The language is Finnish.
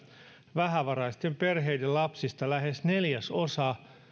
vähävaraisten perheiden lapsista lähes neljäsosa